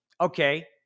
okay